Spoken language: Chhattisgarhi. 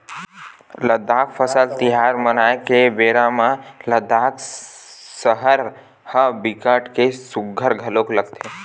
लद्दाख फसल तिहार मनाए के बेरा म लद्दाख सहर ह बिकट के सुग्घर घलोक लगथे